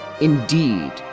Indeed